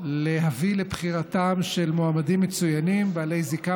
להביא לבחירתם של מועמדים מצוינים בעלי זיקה